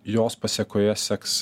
jos pasekoje seks